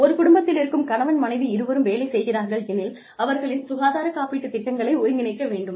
ஒரு குடும்பத்திலிருக்கும் கணவன் மனைவி இருவரும் வேலை செய்கிறார்கள் எனில் அவர்களின் சுகாதார காப்பீட்டுத் திட்டங்களை ஒருங்கிணைக்க வேண்டும்